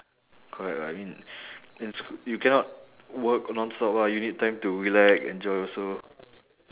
correct lah in in sch~ you cannot work non-stop ah you need time to relax enjoy also